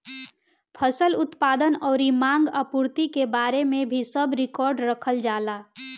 फसल उत्पादन अउरी मांग आपूर्ति के बारे में भी सब रिकार्ड रखल जाला